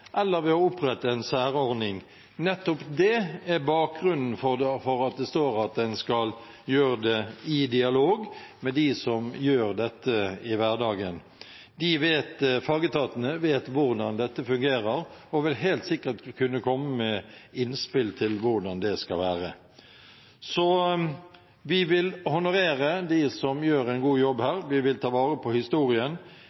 eller ved å opprette en særordning. Nettopp det er bakgrunnen for at det står at en skal gjøre det i dialog med dem som gjør dette i hverdagen. Fagetatene vet hvordan dette fungerer og vil helt sikkert kunne komme med innspill til hvordan det skal være. Vi vil honorere dem som gjør en god jobb